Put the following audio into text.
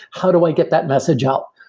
how do i get that message out?